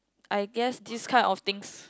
I guess this kind of things